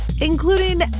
including